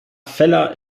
vella